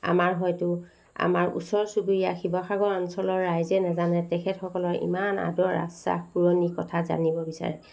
আমাৰ হয়তো আমাৰ ওচৰ চুবুৰীয়া শিৱসাগৰ অঞ্চলৰ ৰাইজে নাজানে তেখেতসকলৰ ইমান আদৰ আশ্বাস পুৰণি কথা জানিব বিচাৰে